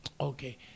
Okay